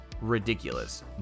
ridiculous